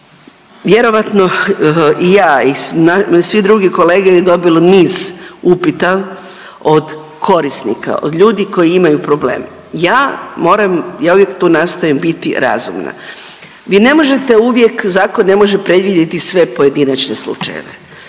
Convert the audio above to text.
Vjerojatno i ja i svi drugi kolege je dobilo niz upita od korisnika, od ljudi koji imaju problem. Ja moram, ja uvijek tu nastojim biti razumna. Vi ne možete uvijek zakon ne može predvidjeti sve pojedinačne slučajeve,